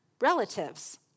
relatives